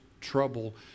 trouble